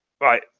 right